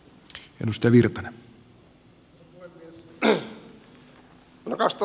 arvoisa puhemies